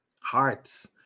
hearts